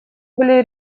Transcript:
были